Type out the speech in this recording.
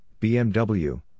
BMW